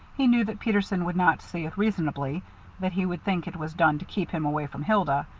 he knew that peterson would not see it reasonably that he would think it was done to keep him away from hilda.